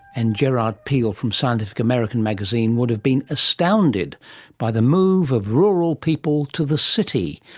and gerard piel from scientific american magazine would have been astounded by the move of rural people to the city,